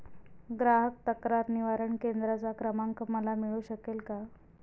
ग्राहक तक्रार निवारण केंद्राचा क्रमांक मला मिळू शकेल का?